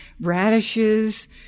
radishes